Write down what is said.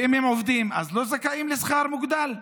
ואם הם עובדים אז לא זכאים לשכר מוגדל?